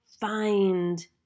find